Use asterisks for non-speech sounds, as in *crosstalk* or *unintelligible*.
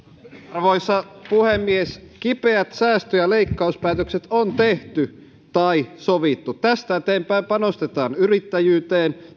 arvoisa puhemies kipeät säästö ja leik kauspäätökset on tehty tai sovittu tästä eteenpäin panostetaan yrittäjyyteen *unintelligible*